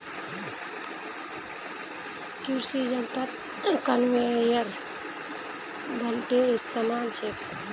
कृषि जगतत कन्वेयर बेल्टेर इस्तमाल छेक